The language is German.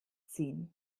ziehen